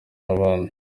n’ahandi